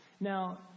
Now